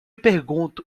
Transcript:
pergunto